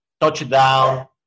touchdown